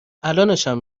الانشم